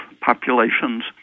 populations